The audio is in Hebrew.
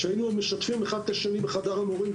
כשהיינו משתפים האחד השני בחדר המורים,